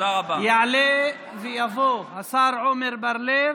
יעלה ויבוא השר עמר בר לב.